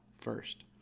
first